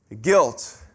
guilt